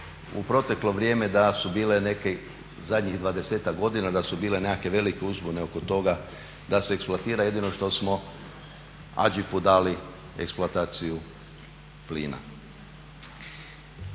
u proteklo vrijeme da su bile nekih zadnjih 20-ak godina da su bile nekakve velike uzbune oko toga da se eksploatira jedino što smo AGIP-u dali eksploataciju plina.